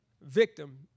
victim